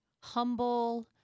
humble